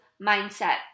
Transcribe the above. mindset